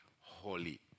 holy